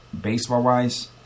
Baseball-wise